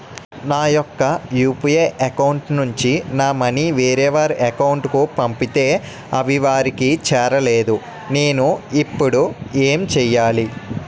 నా యెక్క UPI account నుంచి నా మనీ వేరే వారి అకౌంట్ కు పంపితే అవి వారికి చేరలేదు నేను ఇప్పుడు ఎమ్ చేయాలి?